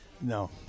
No